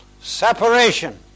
separation